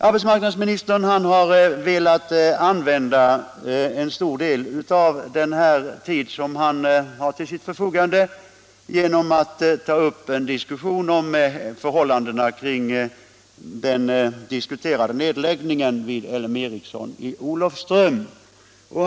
Arbetsmarknadsministern har velat använda en stor del av den tid som han har till sitt förfogande genom att ta upp en debatt om förhållandena kring den diskuterade nedläggningen vid L M Ericsson i Olofström.